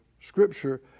scripture